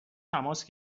تماس